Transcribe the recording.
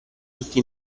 tutti